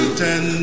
ten